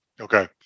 Okay